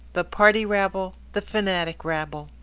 the party rabble, the fanatic rabble.